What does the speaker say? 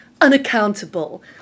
unaccountable